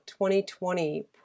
2020